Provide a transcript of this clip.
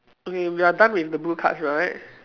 okay we are done with the blue cards right